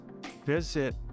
visit